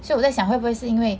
所以我在想会不会是因为